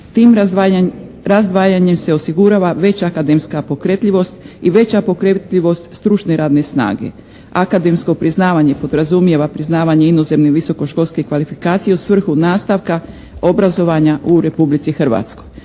Tim razdvajanjem se osigurava veća akademska pokretljivost i veća pokretljivost stručne radne snage. Akademsko priznavanje podrazumijeva priznavanje inozemne visokoškolske kvalifikacije u svrhu nastavka obrazovanja u Republici Hrvatskoj.